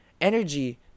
energy